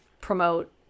promote